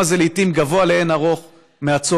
לעיתים הסכום הזה גבוה לאין ערוך מהצורך.